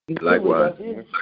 Likewise